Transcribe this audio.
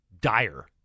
dire